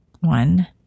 one